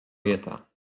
vietā